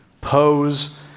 pose